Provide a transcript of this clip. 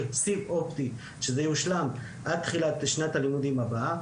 סיב אופטי שזה יושלם עד תחילת שנת הלימודים הבאה,